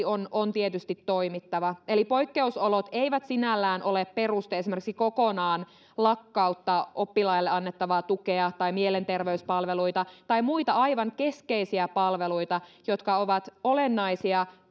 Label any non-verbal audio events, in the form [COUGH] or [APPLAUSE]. [UNINTELLIGIBLE] on on tietysti toimittava eli poikkeusolot eivät sinällään ole peruste esimerkiksi kokonaan lakkauttaa oppilaille annettavaa tukea tai mielenterveyspalveluita tai muita aivan keskeisiä palveluita jotka ovat olennaisia